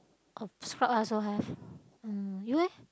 uh scrub I also have mm you leh